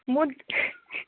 म